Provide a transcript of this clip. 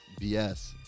BS